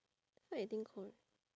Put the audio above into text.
feel like eating kore~